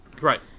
Right